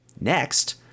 Next